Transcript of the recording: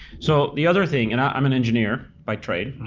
so the other thing, and i'm an engineer by trade,